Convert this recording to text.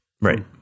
Right